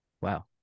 Wow